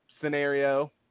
scenario